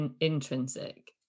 intrinsic